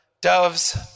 doves